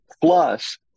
plus